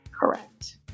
Correct